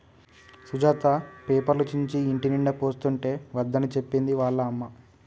సుజాత పేపర్లు చించి ఇంటినిండా పోస్తుంటే వద్దని చెప్పింది వాళ్ళ అమ్మ